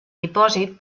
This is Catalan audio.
depòsit